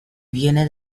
viene